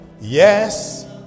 yes